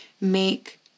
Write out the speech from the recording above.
Make